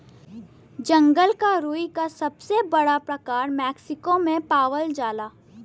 जंगल क रुई क सबसे बड़ा प्रकार मैक्सिको में पावल जाला